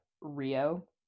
Rio